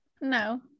no